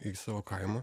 į savo kaimą